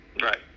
Right